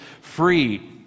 free